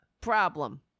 problem